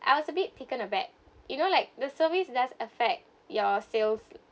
I was a bit taken aback you know like the service does affect your sales